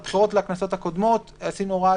בבחירות לכנסות הקודמות עשינו הוראת